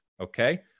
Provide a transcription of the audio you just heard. Okay